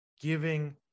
giving